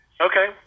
Okay